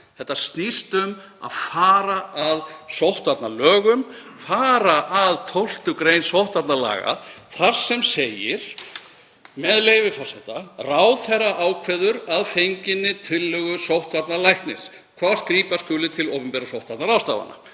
Þetta snýst um að fara að sóttvarnalögum, fara að 12. gr. sóttvarnalaga þar sem segir, með leyfi forseta: „Ráðherra ákveður að fenginni tillögu sóttvarnalæknis hvort grípa skuli til opinberra sóttvarnaráðstafana“